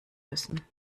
müssen